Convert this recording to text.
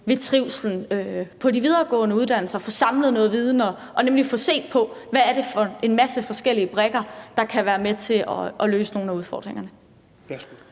ved trivslen på de videregående uddannelser – at få samlet noget viden og set på, hvad det er for en masse forskellige brikker, der kan være med til at løse nogle af udfordringerne.